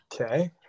Okay